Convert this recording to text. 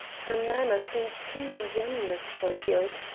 her manner seemed too ingenuous for guilt.